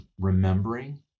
remembering